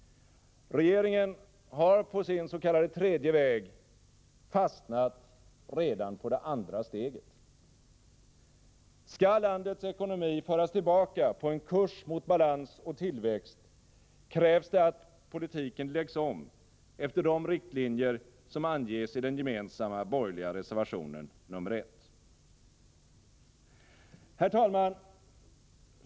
Regeringen har på sin s.k. tredje väg fastnat redan på det andra steget. Skall landets ekonomi föras tillbaka på en kurs mot balans och tillväxt, krävs det att politiken läggs om efter de riktlinjer som anges i den gemensamma borgerliga reservationen, nr 1. Herr talman!